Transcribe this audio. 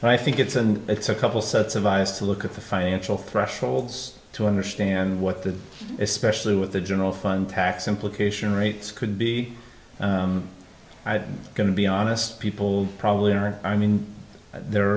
and i think it's and it's a couple sets of eyes to look at the financial thresholds to understand what the especially with the general fund tax implication rates could be going to be honest people probably aren't i mean there